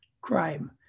crime